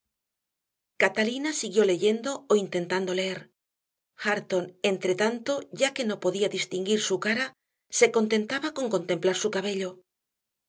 catalina siguió leyendo o intentando leer hareton entretanto ya que no podía distinguir su cara se contentaba con contemplar su cabello